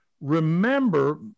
remember